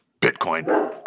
Bitcoin